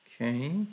Okay